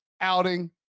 outing